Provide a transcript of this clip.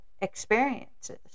experiences